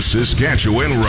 Saskatchewan